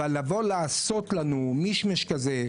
אבל לעשות לנו איזה מישמש כזה,